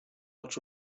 not